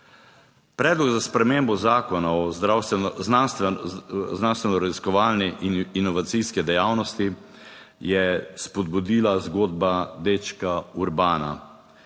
Predlog za spremembo Zakona o zdravstveno, znanstvenoraziskovalni in inovacijski dejavnosti je spodbudila zgodba dečka Urbana,